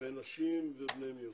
ונשים ובני מיעוטים.